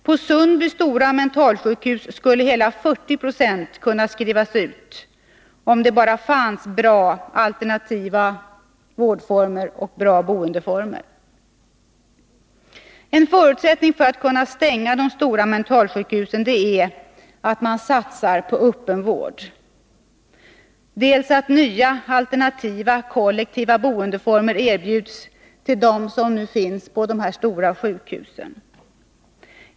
På Sundby stora mentalsjukhus skulle hela 40 926 kunna skrivas ut, om det bara fanns alternativa vårdformer och bra boendeformer. En förutsättning för att de stora mentalsjukhusen kan stängas är att man satsar på öppen vård, delvis genom att nya alternativa, kollektiva boendeformer erbjuds till dem som nu finns på de stora sjukhusen.